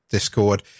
Discord